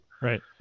Right